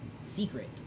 secret